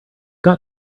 got